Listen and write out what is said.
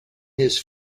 his